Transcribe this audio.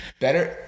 Better